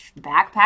backpack